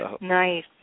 nice